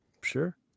sure